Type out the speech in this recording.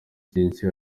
byinshi